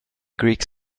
greek